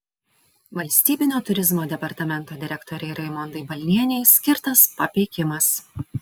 valstybinio turizmo departamento direktorei raimondai balnienei skirtas papeikimas